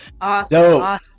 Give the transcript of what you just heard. awesome